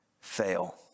fail